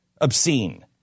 Obscene